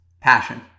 Passion